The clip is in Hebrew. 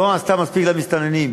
לא עשתה מספיק למסתננים,